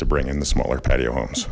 to bring in the smaller patio homes